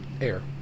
Air